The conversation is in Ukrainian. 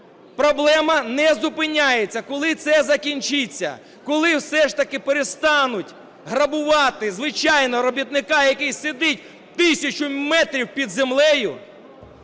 Проблема не зупиняється. Коли це закінчиться? Коли все ж таки перестануть грабувати звичайного робітника, який сидить тисячу метрів під землею